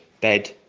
bed